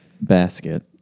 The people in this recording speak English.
Basket